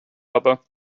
aber